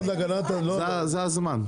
זה הזמן.